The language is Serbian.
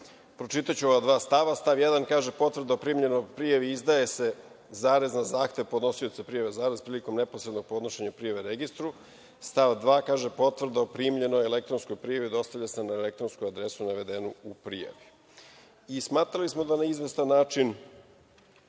Pročitaću ova dva stava. Stav 1. kaže – potvrda o primljenoj prijavi izdaje se, na zahtev podnosioca prijave, prilikom neposrednog podnošenja prijave registru. Stav 2. kaže – potvrda o primljenoj elektronskoj prijavi dostavlja se na elektronsku adresu navedenu u prijavu. Smatrali smo da na izvestan način